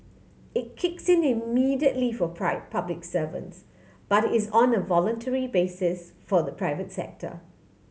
it kicks in immediately for public servants but is on the voluntary basis for the private sector